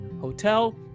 Hotel